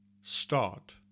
start